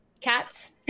cats